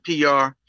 PR